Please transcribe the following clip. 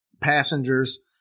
passengers